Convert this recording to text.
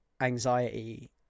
anxiety